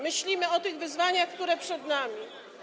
Myślimy o tych wyzwaniach, które są przed nami.